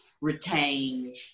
retain